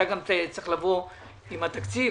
אתה גם צריך לבוא עם התקציב.